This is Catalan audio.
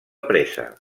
pressa